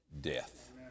death